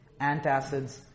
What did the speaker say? Antacids